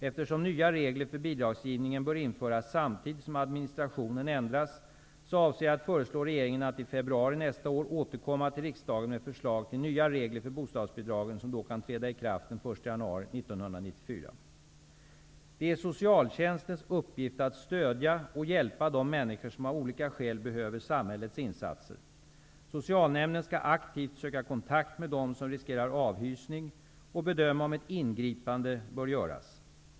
Eftersom nya regler för bidragsgivningen bör införas samtidigt som administrationen ändras, avser jag att föreslå regeringen att i februari nästa år återkomma till riksdagen med förslag till nya regler för bostadsbidragen, som då kan träda i kraft den 1 januari 1994. Det är socialtjänstens uppgift att stödja och hjälpa de människor som av olika skäl behöver samhällets insatser. Socialnämnden skall aktivt söka kontakt med dem som riskerar avhysning och bedöma om ett ingripande bör göras.